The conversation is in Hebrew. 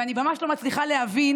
ואני ממש לא מצליחה להבין